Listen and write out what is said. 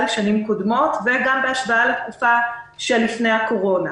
לשנים קודמות וגם בהשוואה לתקופה של לפני הקורונה.